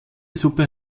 suppe